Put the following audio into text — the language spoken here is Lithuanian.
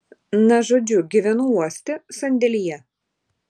na žodžiu gyvenu uoste sandėlyje